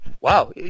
wow